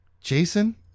Jason